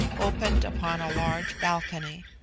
opened upon a large balcony.